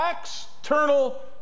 external